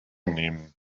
nehmen